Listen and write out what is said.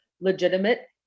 legitimate